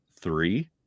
Three